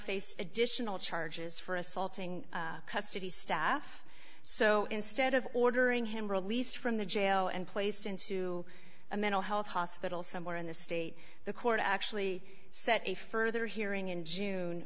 faced additional charges for assaulting custody staff so instead of ordering him released from the jail and placed into a mental health hospital somewhere in the state the court actually set a further hearing in june